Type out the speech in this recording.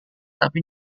tapi